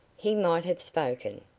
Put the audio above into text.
he might have spoken.